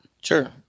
Sure